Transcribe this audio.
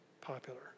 popular